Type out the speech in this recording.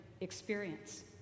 experience